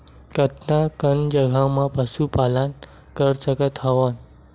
कतका कन जगह म पशु पालन कर सकत हव?